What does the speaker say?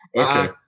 Okay